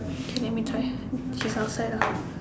okay let me try she's outside lah